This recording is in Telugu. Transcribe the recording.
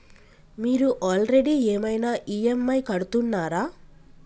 మీరు ఆల్రెడీ ఏమైనా ఈ.ఎమ్.ఐ కడుతున్నారా?